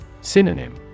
Synonym